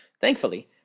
Thankfully